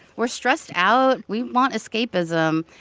we're stressed out. we want escapism.